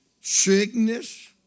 Sickness